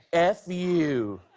f you.